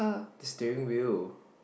stain wheel